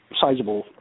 sizable